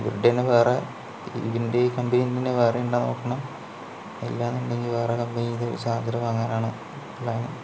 ഇവരുടേന്ന് വേറെ ഇതിൻ്റെ ഈ കമ്പനിയിൽ നിന്നു തന്നെ വേറെ ഉണ്ടോയെന്ന് നോക്കണം അല്ല എന്നുണ്ടെങ്കിൽ വേറെ കമ്പനിയുടെ ചാർജർ വാങ്ങാനാണ് പ്ലാൻ